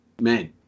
men